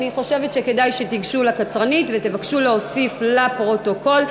אני חושבת שכדאי שתיגשו לקצרנית ותבקשו להוסיף לפרוטוקול,